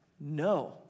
No